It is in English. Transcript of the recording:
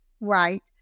Right